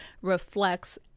reflects